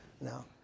No